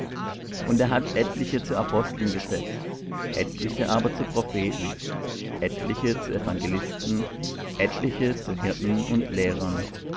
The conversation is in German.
und er hat etliche zu aposteln gesetzt etliche aber zu propheten etliche zu evangelisten etliche zu hirten und lehrern